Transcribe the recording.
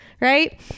Right